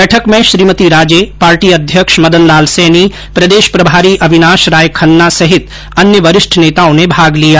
बैठक में श्रीमती राजे पार्टी अध्यक्ष मदन लाल सैनी प्रदेश प्रभारी अविनाश राय खन्ना सहित अन्य वरिष्ठ नेताओं ने भाग लिया